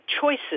choices